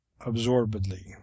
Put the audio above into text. absorbedly